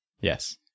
yes